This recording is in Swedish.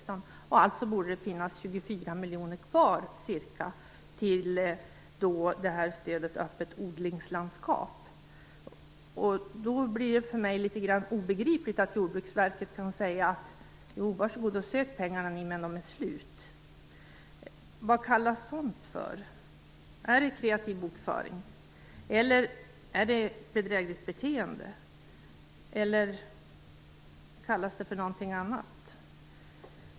Det borde alltså finnas ca 24 miljoner kronor kvar till stödet Öppet odlingslandskap. För mig är det litet grand obegripligt att Jordbruksverket kan säga: Varsågod och sök pengarna ni, men de är slut. Vad kallas sådant för? Är det kreativ bokföring eller är det bedrägligt beteende? Eller kallas det för någonting annat?